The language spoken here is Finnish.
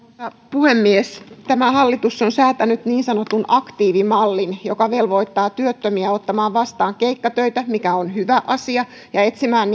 puhemies tämä hallitus on säätänyt niin sanotun aktiivimallin joka velvoittaa työttömiä ottamaan vastaan keikkatöitä mikä on hyvä asia ja etsimään